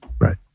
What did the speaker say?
Right